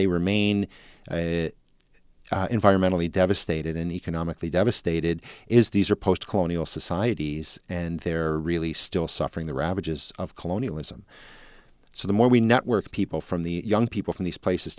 they remain environmentally devastated and economically devastated is these are post colonial societies and they're really still suffering the ravages of colonialism so the more we network people from the young people from these places